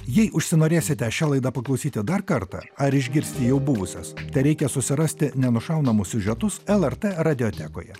jei užsinorėsite šią laidą paklausyti dar kartą ar išgirsti jau buvusias tereikia susirasti nenušaunamus siužetus lrt radiotechnikoje